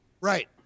Right